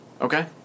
Okay